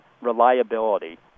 reliability